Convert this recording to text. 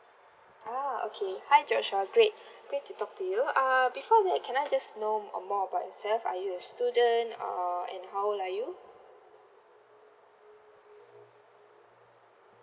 ah okay hi joshua great great to talk to you uh before that can I just know more about yourself are you a student uh and how old are you